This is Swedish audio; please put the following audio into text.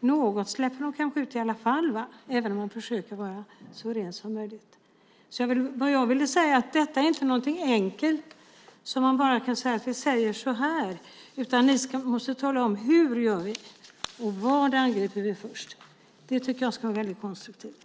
Något släpper de kanske ut i alla fall, även om de försöker att få utsläppen så rena som möjligt. Det jag ville säga var att detta inte är något enkelt där man bara kan bestämma att vi säger så här. Vi måste tala om hur vi ska göra och vad vi ska angripa först. Det tycker jag skulle vara väldigt konstruktivt.